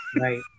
right